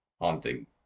Haunting